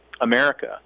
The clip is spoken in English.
America